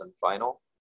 final